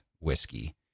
whiskey